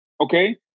okay